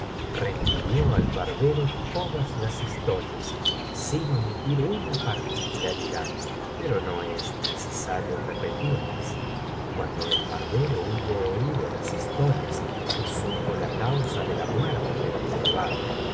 refirió al barbero todas las historias sin omitir una particularidad pero no es necesario rejjetirlas cuando el barbero hubo oído las historias y supo la causa de la muerte del jorobado